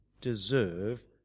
deserve